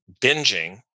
binging